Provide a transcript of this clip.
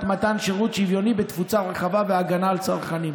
מתן שירות שוויוני ובתפוצה רחבה והגנה על צרכנים.